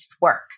work